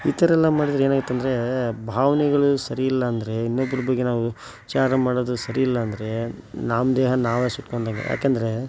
ಈ ಥರ ಎಲ್ಲ ಮಾಡಿದರೆ ಏನಾಯ್ತಂದರೆ ಭಾವ್ನೆಗಳು ಸರಿ ಇಲ್ಲಾಂದರೆ ಇನ್ನೊಬ್ರ ಬಗ್ಗೆ ನಾವು ವಿಚಾರ ಮಾಡೋದು ಸರಿ ಇಲ್ಲಾಂದರೆ ನಮ್ಮ ದೇಹ ನಾವೇ ಸುಟ್ಕೊಂಡಂಗೆ ಯಾಕಂದ್ರೆ